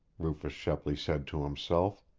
rufus shepley said to himself.